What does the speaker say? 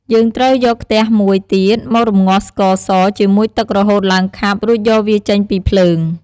យើងត្រូវយកខ្ទះមួយទៀត មករំងាស់ស្ករសជាមួយទឹករហូតឡើងខាប់ រួចយកវាចេញពីភ្លើង។